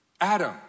Adam